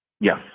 Yes